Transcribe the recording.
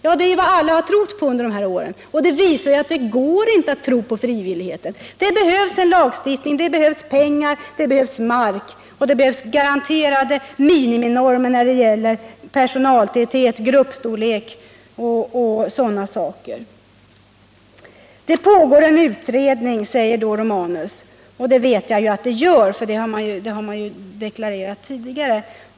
Ja, det är ju vad alla har trott på under de här åren, men resultaten visar att det inte går att tro på frivilligheten. Det behövs lagstiftning, det behövs pengar, det behövs mark och det behövs garanterade miniminormer när det gäller personaltäthet, gruppstorlek och sådana saker. Det pågår en utredning, säger då Gabriel Romanus. Det vet jag att det gör. Det har man ju deklarerat tidigare.